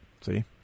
See